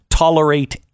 tolerate